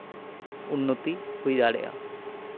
ᱩᱱᱱᱚᱛᱤ ᱦᱩᱭ ᱫᱟᱲᱮᱭᱟᱜᱼᱟ